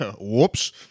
Whoops